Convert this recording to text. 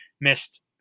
missed